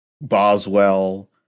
Boswell